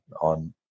on